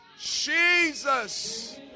Jesus